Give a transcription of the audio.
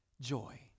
joy